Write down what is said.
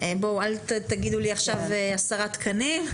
אל תגידו לי עכשיו עשרה תקנים.